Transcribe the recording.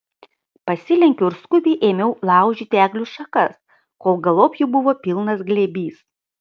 pasilenkiau ir skubiai ėmiau laužyti eglių šakas kol galop jų buvo pilnas glėbys